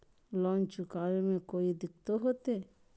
Loan चुकाने में कोई दिक्कतों होते?